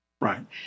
right